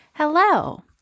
Hello